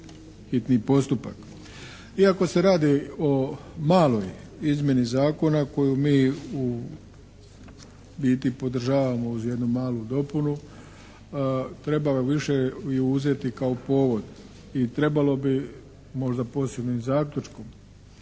hitni postupak. Iako se radi o maloj izmjeni zakona koju mi podržavamo uz jednu malu dopunu trebalo bi više ju uzeti kao povod i trebalo bi možda posebnim zaključkom